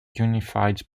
unified